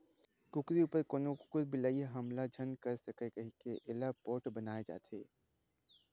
कुकरी उपर कोनो कुकुर, बिलई ह हमला झन कर सकय कहिके एला पोठ बनाए जाथे